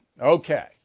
Okay